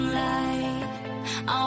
light